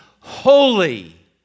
holy